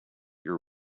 your